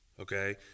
Okay